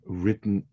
written